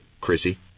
Chrissy